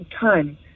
time